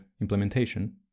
implementation